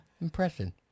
impression